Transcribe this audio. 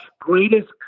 greatest